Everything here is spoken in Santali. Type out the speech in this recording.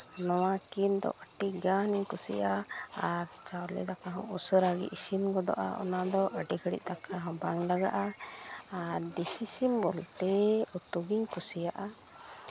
ᱱᱚᱣᱟᱠᱤᱱ ᱫᱚ ᱟᱹᱰᱤᱜᱟᱱᱤᱧ ᱠᱩᱥᱤᱭᱟᱜᱼᱟ ᱟᱨ ᱪᱟᱣᱞᱮ ᱫᱟᱠᱟ ᱦᱚᱸ ᱩᱥᱟᱹᱨᱟᱜᱮ ᱤᱥᱤᱱ ᱜᱚᱫᱚᱜᱼᱟ ᱚᱱᱟᱫᱚ ᱟᱹᱰᱤ ᱜᱷᱟᱹᱲᱤᱡ ᱫᱟᱠᱟ ᱦᱚᱸ ᱵᱟᱝ ᱞᱟᱜᱟᱜᱼᱟ ᱟᱨ ᱫᱮᱥᱤᱥᱤᱢ ᱵᱚᱞᱛᱮ ᱩᱛᱩ ᱜᱤᱧ ᱠᱩᱥᱤᱭᱟᱜᱼᱟ